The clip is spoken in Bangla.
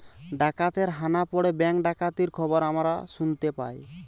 ডাকাতের হানা পড়ে ব্যাঙ্ক ডাকাতির খবর আমরা শুনতে পাই